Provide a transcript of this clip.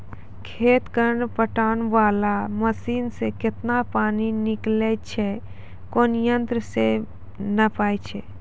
खेत कऽ पटाय वाला मसीन से केतना पानी निकलैय छै कोन यंत्र से नपाय छै